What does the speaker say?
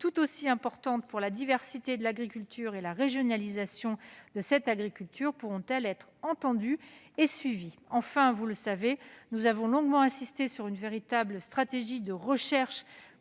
tout aussi importantes pour la diversité de l'agriculture et la régionalisation de celle-ci, pourront-elles être entendues et suivies. Enfin, vous le savez, monsieur le ministre, nous avons longuement insisté sur une véritable stratégie de recherche